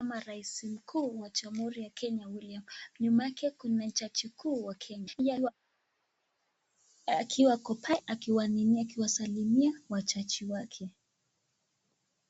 Rais mkuu wa Jamhuri ya Kenya William. Nyuma yake kuna jaji kuu wa Kenya akiwa akopale, akiwasalimia wajaji wake.